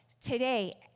Today